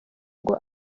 ngo